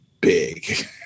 big